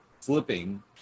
flipping